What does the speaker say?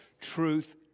Truth